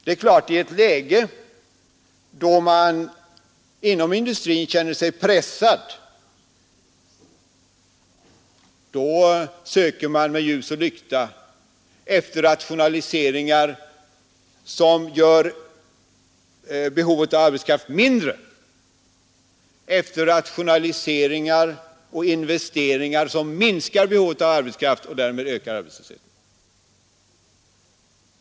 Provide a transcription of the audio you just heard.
Det är klart att man i industrin i ett läge, då man känner sig pressad, söker med ljus och lykta efter rationaliseringar som gör behovet av arbetskraft mindre, men det är rationaliseringar och investeringar som minskar behovet av arbetskraft och därmed ökar arbetslösheten.